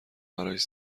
براش